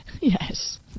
Yes